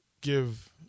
give